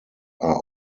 are